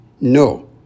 No